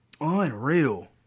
Unreal